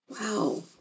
Wow